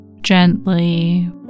gently